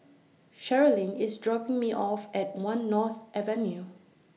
Cherilyn IS dropping Me off At one North Avenue